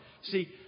See